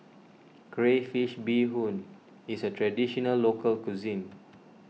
Crayfish BeeHoon is a Traditional Local Cuisine